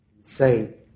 say